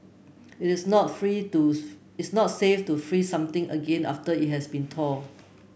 it is not free it's not safe to freeze something again after it has been thawed